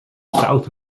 south